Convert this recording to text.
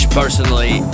personally